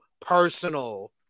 personal